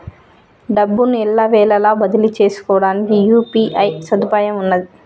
డబ్బును ఎల్లవేళలా బదిలీ చేసుకోవడానికి యూ.పీ.ఐ సదుపాయం ఉన్నది